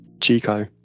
chico